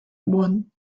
won